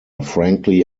frankly